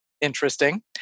interesting